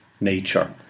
nature